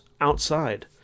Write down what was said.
outside